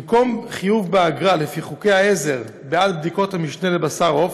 במקום חיוב באגרה לפי חוקי העזר בעד בדיקות המשנה לבשר עוף,